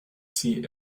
sie